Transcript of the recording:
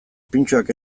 pintxoak